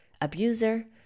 abuser